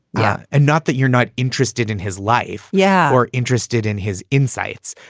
yeah. and not that you're not interested in his life. yeah. or interested in his insights.